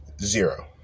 Zero